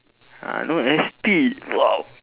uh no S_P !wow!